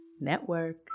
Network